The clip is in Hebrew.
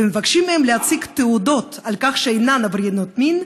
ומבקשים מהן להציג תעודות על כך שאינן עברייניות מין,